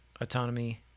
autonomy